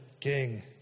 king